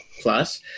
plus